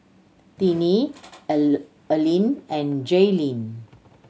Tinie Aline and Jailene